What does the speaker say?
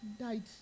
died